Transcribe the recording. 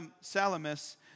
Salamis